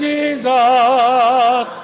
Jesus